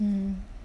hmm